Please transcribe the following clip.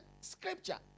scripture